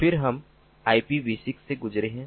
फिर हम IPv6 से गुजरे हैं